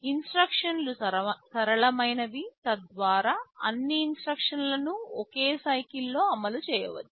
ఇన్స్ట్రక్షన్లు సరళమైనవి తద్వారా అన్ని ఇన్స్ట్రక్షన్లను ఒకే సైకిల్ లో అమలు చేయవచ్చు